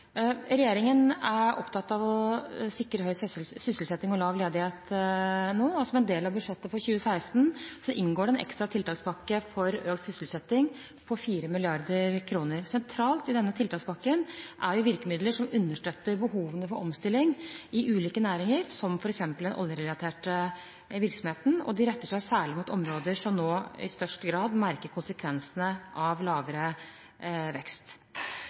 en del av budsjettet for 2016 inngår det en ekstra tiltakspakke for økt sysselsetting på 4 mrd. kr. Sentralt i denne tiltakspakken er virkemidler som understøtter behovene for omstilling i ulike næringer, som f.eks. den oljerelaterte virksomheten, og de retter seg særlig mot områder som nå i størst grad merker konsekvensene av lavere vekst.